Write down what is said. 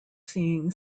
seeing